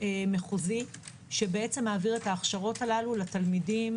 מחוזי שמעביר את ההכשרות האלה לתלמידים,